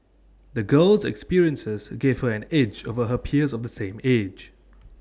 the girl's experiences gave her an edge over her peers of the same age